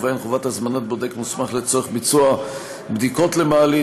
ובהן חובת הזמנת בודק מוסמך לצורך ביצוע בדיקות למעלית,